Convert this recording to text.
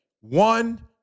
one